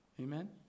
Amen